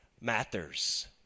matters